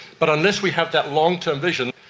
but unless we have that long-term vision,